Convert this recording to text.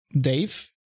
Dave